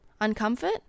uncomfort